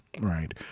right